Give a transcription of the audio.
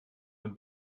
ein